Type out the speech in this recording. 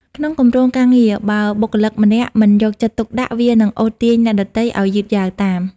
ក្នុងគម្រោងការងារ បើបុគ្គលិកម្នាក់មិនយកចិត្តទុកដាក់ វានឹងអូសទាញអ្នកដទៃឱ្យយឺតយ៉ាវតាម។